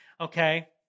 okay